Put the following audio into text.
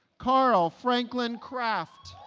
carl franklin craft